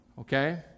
Okay